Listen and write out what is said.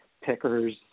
Pickers